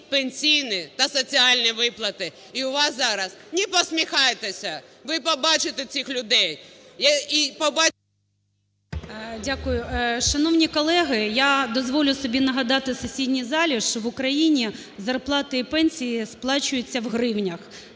пенсійні та соціальні виплати. І у вас зараз… Не посміхайтеся, ви побачите цих людей і побачите... ГОЛОВУЮЧИЙ. Дякую. Шановні колеги, я дозволю собі нагадати сесійній залі, що в Україні зарплати і пенсії сплачуються в гривнях,